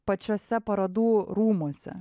pačiuose parodų rūmuose